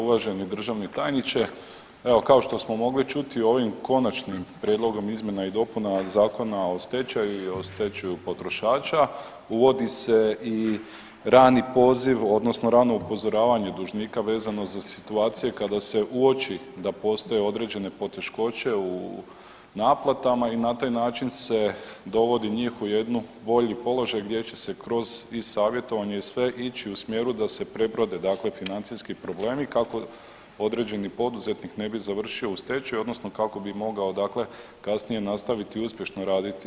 Uvaženi državni tajniče, evo kao što smo mogli čuti ovim konačnim prijedlogom izmjena i dopuna Zakona o stečaju i o stečaju potrošača uvodi se i rani poziv odnosno rano upozoravanje dužnika vezano za situacije kada se uoči da postoje određene poteškoće u naplatama i na taj način se dovodi njih u jednu, bolji položaj gdje će se kroz i savjetovanje i sve ići u smjeru da se prebrode dakle financijski problemi kako određeni poduzetnik ne bi završio u stečaju odnosno kako bi mogao dakle kasnije nastaviti uspješno raditi.